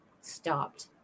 stopped